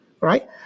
right